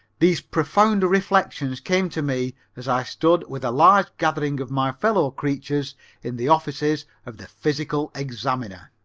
these profound reflections came to me as i stood with a large gathering of my fellow creatures in the offices of the physical examiner.